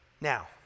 Now